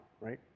right